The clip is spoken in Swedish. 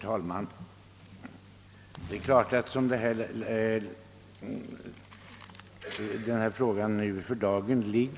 Herr talman!